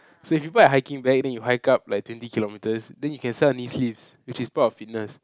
so if you put a hiking bag then you hike up like twenty kilometers then you can sell knee sleeves which is part of fitness